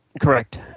Correct